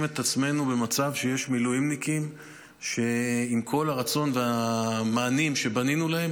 את עצמנו במצב שיש מילואימניקים שעם כל הרצון והמענים שבנינו להם,